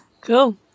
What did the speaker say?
Cool